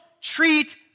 treat